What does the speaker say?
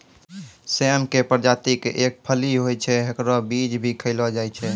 सेम के प्रजाति के एक फली होय छै, हेकरो बीज भी खैलो जाय छै